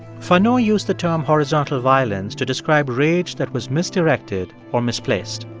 fanon used the term horizontal violence to describe rage that was misdirected or misplaced.